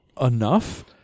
enough